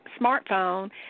smartphone